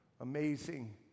Amazing